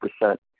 percent